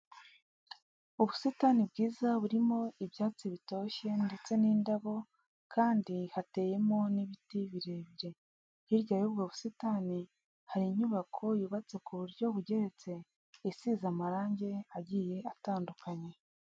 Ubusitani bwiza burimo ibyatsi bitoshye ndetse n'indabo kandi hateyemo n'ibiti birebire, hirya y'ubwo busitani hari inyubako yubatse ku buryo bugeretse, isize amarange agiye atandukanye.